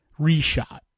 reshot